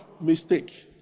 Mistake